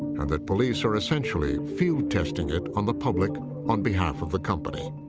and that police are essentially field-testing it on the public on behalf of the company.